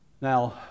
Now